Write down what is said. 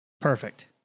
perfect